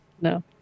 No